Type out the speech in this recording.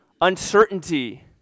uncertainty